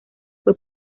fue